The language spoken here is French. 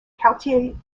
quartiers